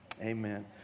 Amen